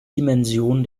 dimension